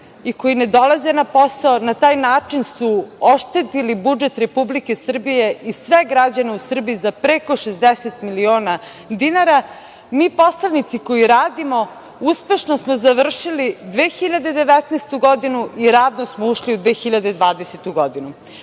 i koji ne dolaze na posao, na taj način su oštetili budžet Republike Srbije i sve građane u Srbiji za preko 60 miliona dinara. Mi poslanici koji radimo uspešno smo završili 2019. godinu i radno smo ušli u 2020. godinu. Ono